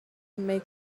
may